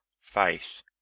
faith